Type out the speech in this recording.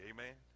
Amen